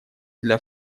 для